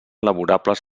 laborables